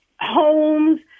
homes